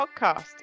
podcast